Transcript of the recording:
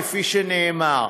כפי שנאמר,